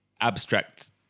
abstract